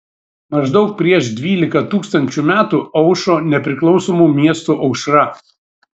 maždaug prieš dvylika tūkstančių metų aušo nepriklausomų miestų aušra